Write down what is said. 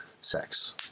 sex